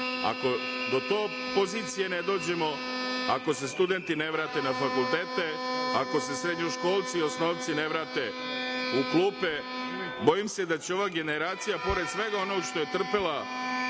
do te pozicije ne dođemo, ako se studenti ne vrate na fakultete, ako se srednjoškolci i osnovci ne vrate u klupe, bojim se da će ova generacija pored svega onog što je trpela